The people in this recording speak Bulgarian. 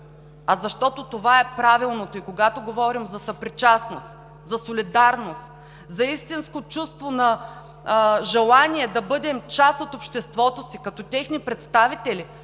а защото това е правилното. И когато говорим за съпричастност, за солидарност, за истинско чувство на желание, да бъдем част от обществото си, като техни представители